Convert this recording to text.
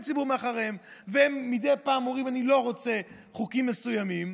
ציבור מאחוריהם והם מדי פעם אומרים: אני לא רוצה חוקים מסוימים.